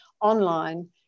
online